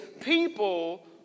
people